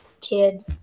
Kid